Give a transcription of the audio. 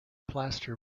plaster